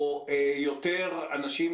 או יותר אנשים,